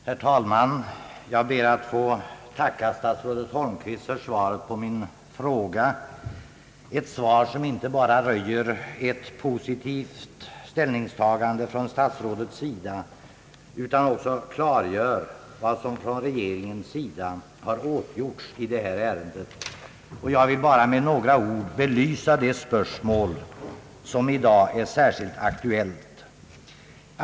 Herr talman! Jag ber att få tacka statsrådet Holmqvist för svaret på min fråga, ett svar som inte bara röjer ett positivt ställningstagande från statsrådets sida utan också klargör vad som från regeringens sida har åtgjorts i detta ärende. Jag vill bara med några ord belysa det spörsmål, som i dag är särskilt aktuellt.